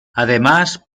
además